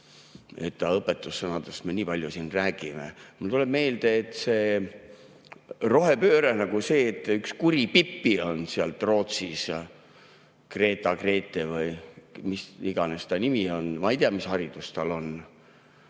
kelle õpetussõnadest me nii palju siin räägime. Mulle tuleb meelde selle rohepöördega, et üks kuri Pipi on seal Rootsis – Greta, Grete või mis iganes ta nimi on. Ma ei tea, mis haridus tal on.